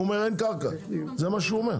הוא אומר אין קרקע, זה מה שהוא אומר.